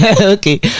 Okay